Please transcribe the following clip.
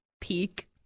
peak